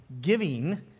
giving